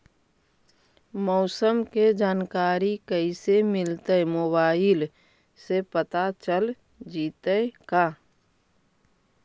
मौसम के जानकारी कैसे मिलतै मोबाईल से पता चल जितै का?